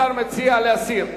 השר מציע להסיר.